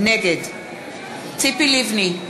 נגד ציפי לבני,